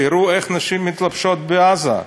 שיראו איך נשים מתלבשות בעזה,